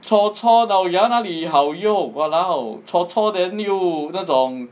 chor chor lao ya 哪里好用 !walao! chor chor then 又那种